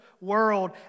world